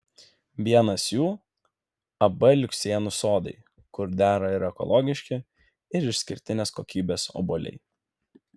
vienas jų ab luksnėnų sodai kur dera ir ekologiški ir išskirtinės kokybės obuoliai